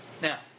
Now